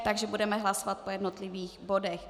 Takže budeme hlasovat po jednotlivých bodech.